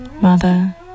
Mother